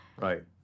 Right